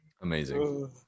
Amazing